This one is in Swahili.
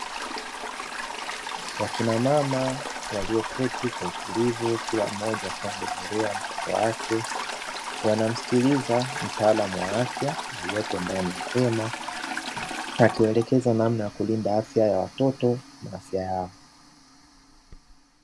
Wakina mama walioketi kwa utulivu kila mmoja kiasi gani mtoto wake wanamsikiliza mtaalamu wa afya iliyopo ndani ya hema akielekeza namna ya kulinda afya ya watoto afya yao.